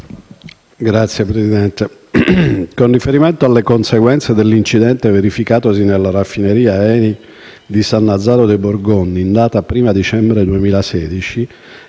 Signora Presidente, con riferimento alle conseguenze dell'incidente verificatosi nella raffineria di Sannazaro de' Burgondi in data 1° dicembre 2016,